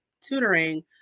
tutoring